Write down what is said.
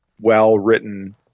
well-written